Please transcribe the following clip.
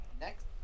Next